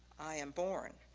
i am born,